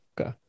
Okay